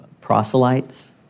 proselytes